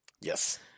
Yes